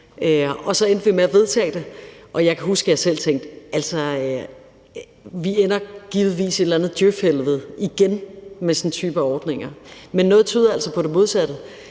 så endte vi med at vedtage det. Jeg kan huske, at jeg selv tænkte: Altså, vi ender givetvis i et eller andet djøf-helvede – igen – med sådan en type ordning. Men noget tyder altså på det modsatte,